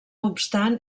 obstant